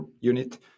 unit